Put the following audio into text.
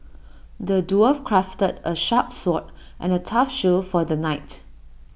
the dwarf crafted A sharp sword and A tough shield for the knight